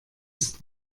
ist